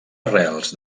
arrels